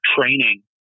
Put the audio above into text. training